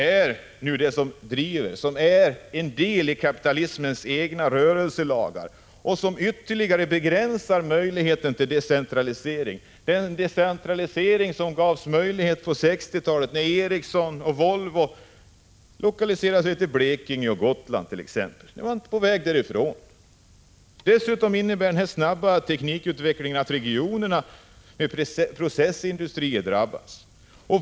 Det är detta som driver på och är en del av kapitalismens egna rörelselagar, men det begränsar ytterligare möjligheterna till decentralisering. På 60-talet skapades möjligheter för en sådan decentralisering — det var då som Ericsson och Volvo lokaliserade sig till Blekinge och Gotland. Nu är man på väg därifrån. Dessutom innebär den snabba teknikutvecklingen att regioner med processindustrier drabbas.